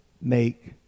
make